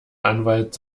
anwalt